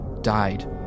died